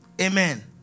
Amen